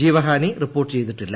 ജീവഹാനി റിപ്പോർട്ട് ചെയ്തിട്ടില്ല